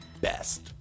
best